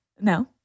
No